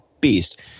beast